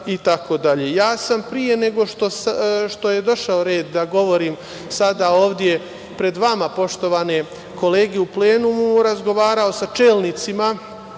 sam pre nego što je došao red da govorim sada ovde pred vama, poštovane kolege, u plenumu razgovarao sa čelnicima